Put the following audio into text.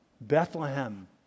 Bethlehem